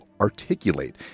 articulate